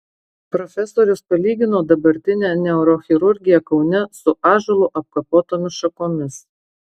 profesorius palygino dabartinę neurochirurgiją kaune su ąžuolu apkapotomis šakomis